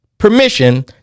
permission